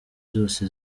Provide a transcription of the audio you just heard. zose